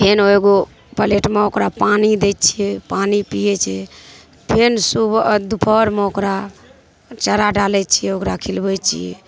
फेर एगो प्लेटमे ओकरा पानी दै छिए पानि पिए छै फेर सुबह दुपहरमे ओकरा चारा डालै छिए ओकरा खिलबै छिए